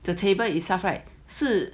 the table itself right 是